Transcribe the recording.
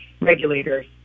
regulators